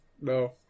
No